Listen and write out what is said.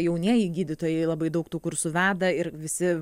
jaunieji gydytojai labai daug tų kursų veda ir visi